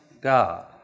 God